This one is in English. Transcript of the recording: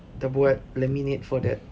dah buat laminate for that